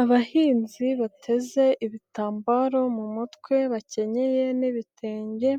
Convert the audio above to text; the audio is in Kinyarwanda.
Abahinzi bateze ibitambaro mu mutwe bakenyeye n'ibitenge,